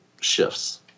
shifts